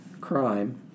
crime